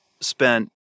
spent